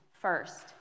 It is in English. first